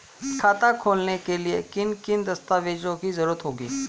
खाता खोलने के लिए किन किन दस्तावेजों की जरूरत होगी?